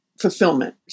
fulfillment